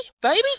baby